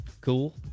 cool